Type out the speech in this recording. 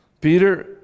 Peter